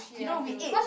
you know we ate